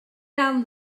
down